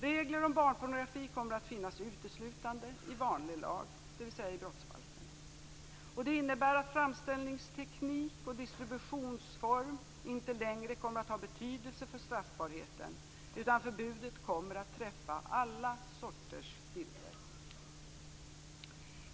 Regler om barnpornografi kommer att finnas uteslutande i vanlig lag, dvs. i brottsbalken. Det innebär att framställningsteknik och distributionsform inte längre kommer att ha betydelse för straffbarheten, utan förbudet kommer att träffa alla sorters bilder.